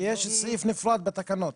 יש סעיף נפרד בתקנות.